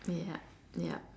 ya ya